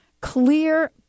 clear